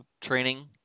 training